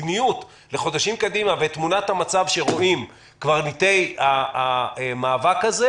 המדיניות לחודשים קדימה ואת תמונת המצב שרואים קברניטי המאבק הזה.